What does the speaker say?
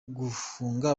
gufunga